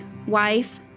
wife